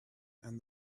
and